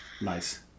nice